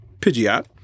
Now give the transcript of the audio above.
Pidgeot